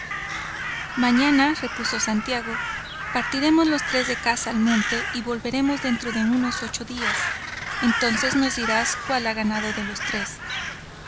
mañana repuso santiago partiremos los tres de caza al monte y volveremos dentro de unos ocho días entonces nos dirás cuál ha ganado de los tres